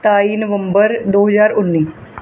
ਸਤਾਈ ਨਵੰਬਰ ਦੋ ਹਜ਼ਾਰ ਉੱਨੀ